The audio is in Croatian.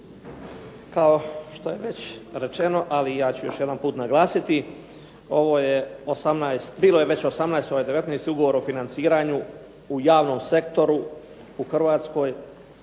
Kao što je već rečeno, ali ja ću još jedanput naglasiti, bilo je 18, ovo je 19. ugovor o financiranju u javnom sektoru u Hrvatskoj